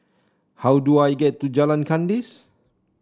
how do I get to Jalan Kandis